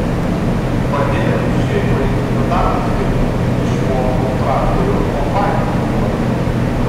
padėjau šeimai ūkio darbus dirbti išmokau traktorių kombainą vairuoti